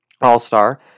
All-Star